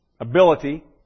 ability